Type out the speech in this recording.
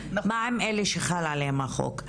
מה עם אלה שחל עליהם החוק?